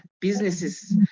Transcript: businesses